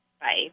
Bye